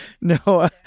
No